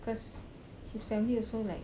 cause his family also like